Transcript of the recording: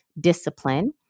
discipline